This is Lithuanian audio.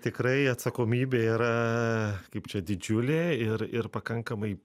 tikrai atsakomybė yra kaip čia didžiulė ir ir pakankamai